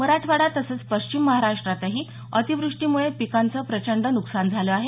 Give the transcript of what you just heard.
मराठवाडा तसंच पश्चिम महाराष्ट्रातही अतिवृष्टीमुळे पिकांचे प्रचंड नुकसान झालं आहे